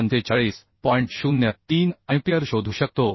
03 ampere शोधू शकतो